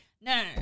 no